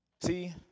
See